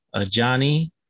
Johnny